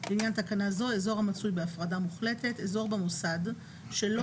לעניין תקנה זו "אזור המצוי בהפרדה מוחלטת" אזור במוסד שלא